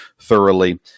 thoroughly